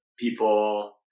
People